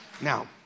Now